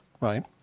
right